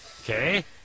Okay